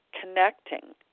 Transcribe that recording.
connecting